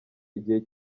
igihe